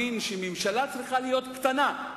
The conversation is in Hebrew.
מאמין שממשלה צריכה להיות קטנה,